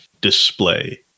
display